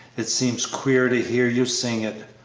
it seems queer to hear you sing it.